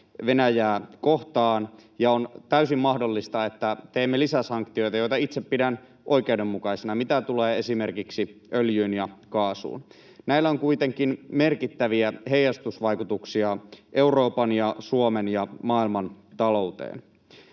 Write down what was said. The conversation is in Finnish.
Venäjää kohtaan, ja on täysin mahdollista, että teemme lisäsanktioita — mitä itse pidän oikeudenmukaisena — mitä tulee esimerkiksi öljyyn ja kaasuun. Näillä on kuitenkin merkittäviä heijastusvaikutuksia Euroopan, Suomen ja maailman talouteen.